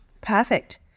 Perfect